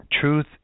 truth